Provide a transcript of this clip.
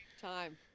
Time